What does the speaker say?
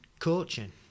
coaching